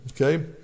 okay